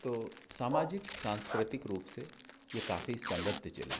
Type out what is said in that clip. तो सामाजिक सांस्कृतिक रूप से ये काफ़ी समृद्ध जिला है